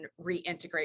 reintegrate